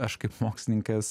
aš kaip mokslininkas